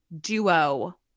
duo